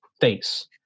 face